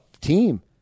team